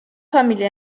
familia